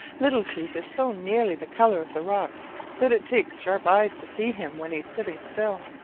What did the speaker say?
little chief is so nearly the color of the rocks that it takes sharp eyes to see him when he is sitting still.